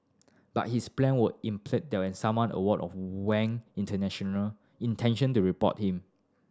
but his plan were impeded when someone aware of Wang international intention reported him